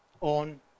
on